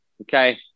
okay